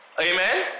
Amen